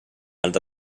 alta